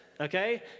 okay